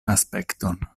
aspekton